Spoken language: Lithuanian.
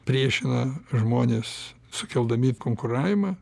priešina žmones sukeldami konkuravimą